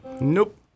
Nope